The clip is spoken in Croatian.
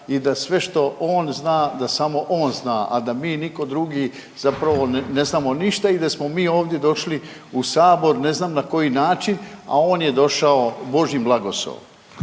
i da sve što on zna da samo on zna, a da mi nitko drugi zapravo ne znamo ništa i da smo mi ovdje došli u Sabor ne znam na koji način, a on je došao božjim blagoslovom.